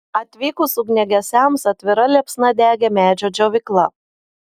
atvykus ugniagesiams atvira liepsna degė medžio džiovykla